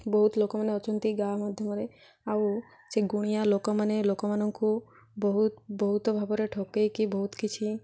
ବହୁତ ଲୋକମାନେ ଅଛନ୍ତି ଗାଁ ମାଧ୍ୟମରେ ଆଉ ସେ ଗୁଣିଆ ଲୋକମାନେ ଲୋକମାନଙ୍କୁ ବହୁତ ବହୁତ ଭାବରେ ଠକେଇକି ବହୁତ କିଛି